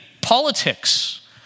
politics